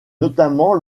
notamment